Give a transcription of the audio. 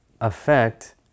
affect